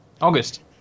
August